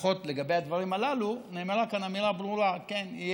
לפחות לגבי הדברים הללו נאמרה פה אמירה ברורה: כן,